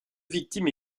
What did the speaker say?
victimes